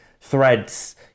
threads